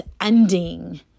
ending